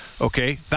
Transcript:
Okay